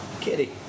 Kitty